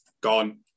gone